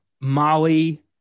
Molly